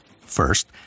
First